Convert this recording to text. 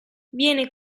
viene